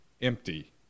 empty